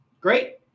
Great